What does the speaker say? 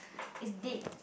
it's date